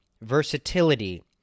versatility